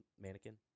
mannequin